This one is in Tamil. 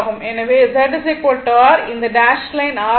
எனவே Z R இந்த டேஷ் லைன் R ஆகும்